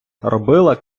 робила